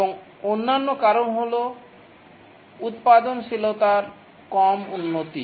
এবং অন্যান্য কারণ হল উত্পাদনশীলতার কম উন্নতি